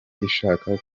ishaka